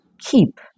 keep